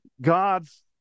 God's